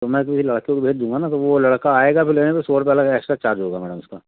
तो मैं किसी लड़के को भेज दूँगा ना तो वह लड़का आएगा लेने तो सौ रुपये अलग एक्स्ट्रा चार्ज होगा मैडम उसका